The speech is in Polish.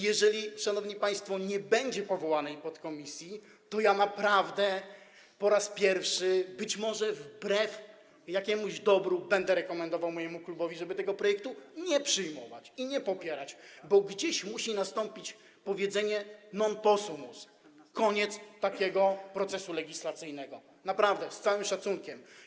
Jeżeli, szanowni państwo, nie będzie powołanej podkomisji, to ja naprawdę po raz pierwszy, być może wbrew jakiemuś dobru, będę rekomendował mojemu klubowi, żeby tego projektu nie przyjmować i nie popierać, bo gdzieś musi nastąpić powiedzenie non possumus, koniec takiego procesu legislacyjnego, naprawdę, z całym szacunkiem.